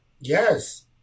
Yes